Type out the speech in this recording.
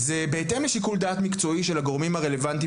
בהתאם לשיקול דעת מקצועי של הגורמים הרלוונטיים